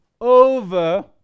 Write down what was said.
over